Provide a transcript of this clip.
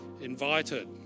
invited